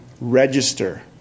register